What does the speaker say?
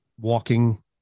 walking